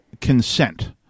Consent